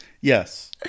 Yes